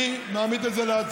אני מעמיד את זה להצבעה.